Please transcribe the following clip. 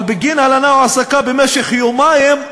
אבל בגין הלנה או העסקה במשך יומיים,